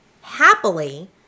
Happily